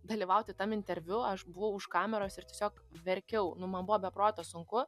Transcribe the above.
dalyvauti tam interviu aš buvau už kameros ir tiesiog verkiau nu man buvo be proto sunku